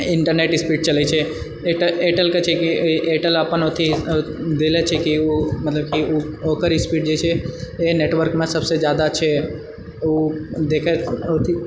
internet speed चलैछे एयरटेल एयरटेलके छै कि एयरटेल अपन अथि देलैछै कि ओ मतलबकि ओकर स्पीड जेछै एहि नेटवर्कमे सबसँ जादा छै ओ देखए अथि